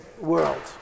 world